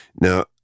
Now